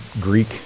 Greek